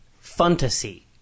fantasy